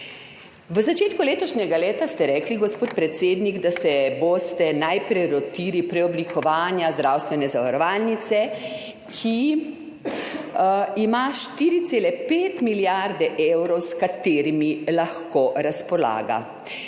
V začetku letošnjega leta ste rekli, gospod predsednik, da se boste najprej lotili preoblikovanja zdravstvene zavarovalnice, ki ima 4,5 milijarde evrov, s katerimi lahko razpolaga.